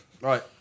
Right